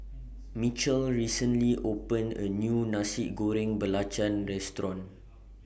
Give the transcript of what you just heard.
Mitchel recently opened A New Nasi Goreng Belacan Restaurant